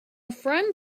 friend